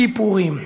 כיפורים.